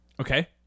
Okay